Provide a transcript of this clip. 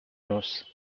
knows